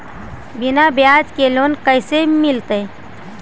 बिना ब्याज के लोन कैसे मिलतै?